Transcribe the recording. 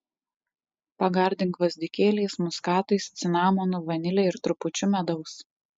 pagardink gvazdikėliais muskatais cinamonu vanile ir trupučiu medaus